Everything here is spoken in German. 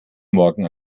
morgen